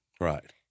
Right